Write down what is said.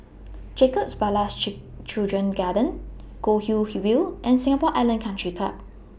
Jacob Ballas Children's Garden Goldhill View and Singapore Island Country Club